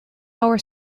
hour